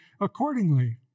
accordingly